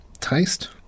taste